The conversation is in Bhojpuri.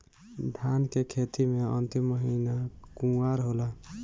धान के खेती मे अन्तिम महीना कुवार होला?